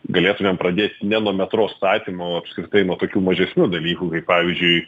galėtumėm pradėt ne nuo metro statymo o apskritai nuo kokių mažesnių dalykų kaip pavyzdžiui